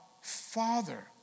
father